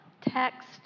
text